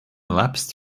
elapsed